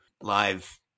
live